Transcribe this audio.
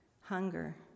hunger